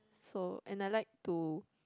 so and I like to